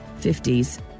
50s